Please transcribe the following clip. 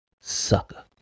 sucker